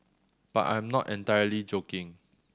but I'm not entirely joking